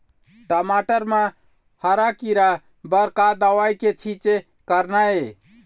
टमाटर म हरा किरा बर का दवा के छींचे करना ये?